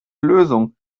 lösung